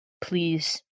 please